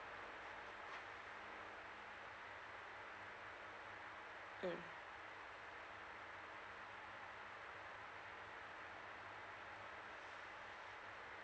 mm